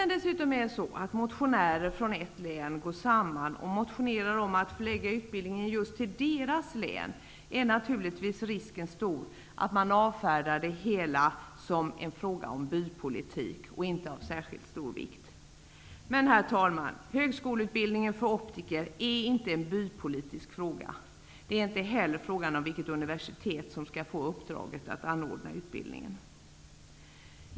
När motionärer från ett län går samman och motionerar om att förlägga utbildningen till just deras län, är naturligtvis risken stor att det hela avfärdas som en fråga om bypolitik och inte av särskilt stor vikt. Men, herr talman, högskoleutbildningen för optiker är inte en bypolitisk fråga. Det är inte heller frågan om vilket universitet som skall få uppdraget att anordna utbildningen.